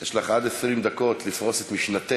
יש לך עד 20 דקות לפרוס את משנתך